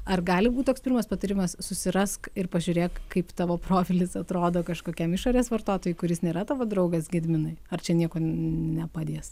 ar gali būt toks pirmas patarimas susirask ir pažiūrėk kaip tavo profilis atrodo kažkokiam išorės vartotojui kuris nėra tavo draugas gediminai ar čia nieko nepadės